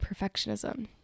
perfectionism